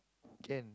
can